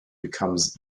becomes